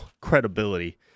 credibility